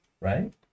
right